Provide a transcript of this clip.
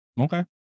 Okay